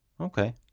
Okay